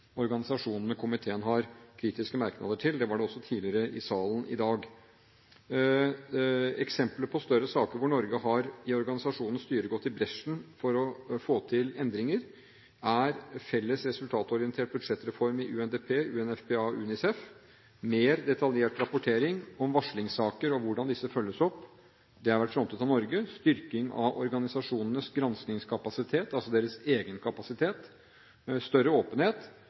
organisasjonene komiteen har kritiske merknader til. Det var det også i salen tidligere i dag. Eksempler på større saker hvor Norge i organisasjonens styre har gått i bresjen for å få til endringer, er felles resultatorientert budsjettreform i UNDP, UNFPA og UNICEF, mer detaljert rapportering om varslingssaker og hvordan disse følges opp – det har vært frontet av Norge – styrking av organisasjonenes granskningskapasitet, altså deres egen kapasitet, større åpenhet